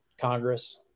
Congress